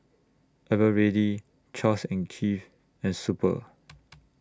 Eveready Charles and Keith and Super